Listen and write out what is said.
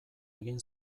egin